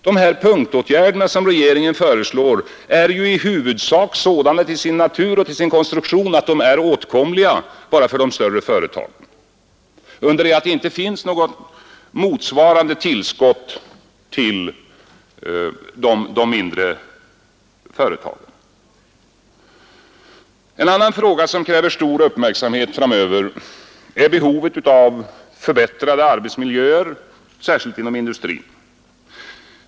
De punktåtgärder som regeringen föreslår är ju i huvudsak sådana till sin natur och till sin konstruktion att de är åtkomliga bara för de större företagen, under det att det inte finns något motsvarande tillskott till de mindre företagen. En annan fråga som kräver stor uppmärksamhet framöver är behovet av förbättrade arbetsmiljöer, särskilt inom industrin.